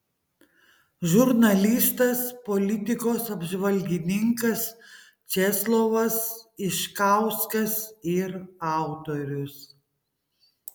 žurnalistas politikos apžvalgininkas česlovas iškauskas ir autorius